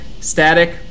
static